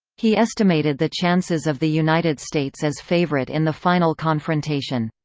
he estimated the chances of the united states as favorite in the final confrontation